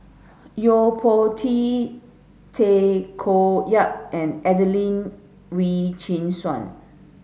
Yo Po Tee Tay Koh Yat and Adelene Wee Chin Suan